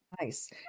Nice